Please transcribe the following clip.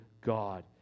God